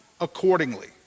accordingly